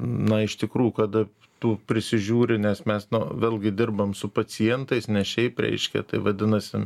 na iš tikrųjų kada tu prisižiūri nes mes nu vėlgi dirbame su pacientais ne šiaip reiškia tai vadinasi